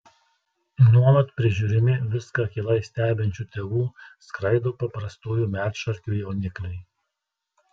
nuolat prižiūrimi viską akylai stebinčių tėvų skraido paprastųjų medšarkių jaunikliai